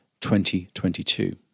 2022